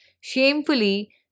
Shamefully